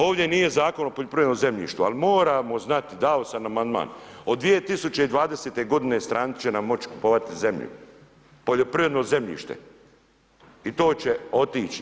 Ovdje nije Zakon o poljoprivrednom zemljištu, ali moramo znati, dao sam amandman, od 2020. g. stranci će nam moći kupovati zemlju, poljoprivredno zemljište i to će otići.